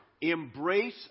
embrace